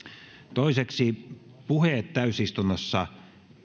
toiseksi puheet täysistunnossa